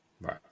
right